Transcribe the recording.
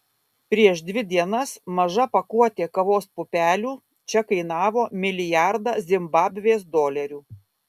prieš dvi dienas maža pakuotė kavos pupelių čia kainavo milijardą zimbabvės dolerių